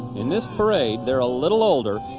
in this parade, they're a little older,